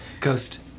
Ghost